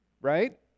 Right